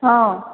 ହଁ